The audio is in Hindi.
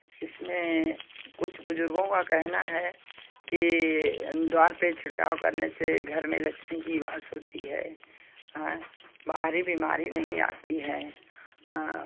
इसमें कुछ बुजुर्गों का कहना है कि द्वार पे छिड़काव करने से लक्ष्मी की वास होती है बाहरी बीमारी नहीं आती है